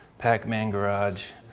pac-man garage.